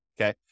okay